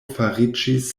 fariĝis